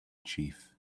chief